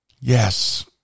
Yes